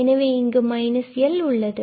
எனவே இங்கு L உள்ளது